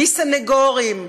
מסנגורים: